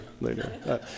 later